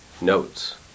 notes